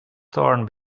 torn